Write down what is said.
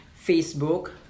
Facebook